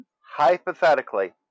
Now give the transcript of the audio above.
hypothetically